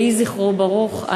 יהי זכרו ברוך.